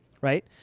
right